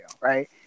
right